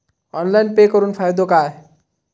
Online pay करुन फायदो काय?